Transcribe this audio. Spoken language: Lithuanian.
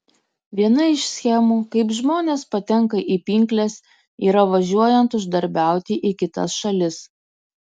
viena iš schemų kaip žmonės patenka į pinkles yra važiuojant uždarbiauti į kitas šalis